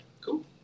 Cool